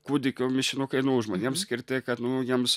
kūdikių mišinukai žmonėms skirti kad nu jiems